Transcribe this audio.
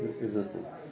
existence